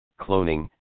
cloning